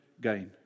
gain